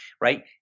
right